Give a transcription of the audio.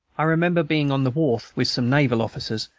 i remember being on the wharf, with some naval officers,